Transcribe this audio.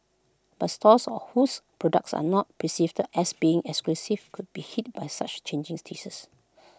but stores whose products are not perceived as being exclusive could be hit by such changing tastes